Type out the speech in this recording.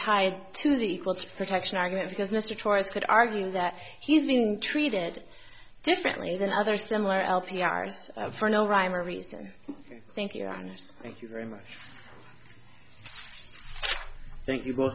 tied to the equal protection argument because mr trius could argue that he's being treated differently than other similar l p r for no rhyme or reason thank you ron thank you very much thank you